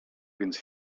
więc